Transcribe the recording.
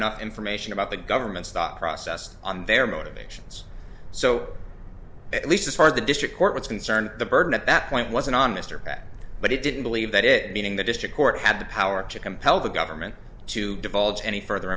enough information about the government's thought process on their motivations so at least as far as the district court was concerned the burden at that point wasn't on mr pat but he didn't believe that it meaning the district court had the power to compel the government to divulge any further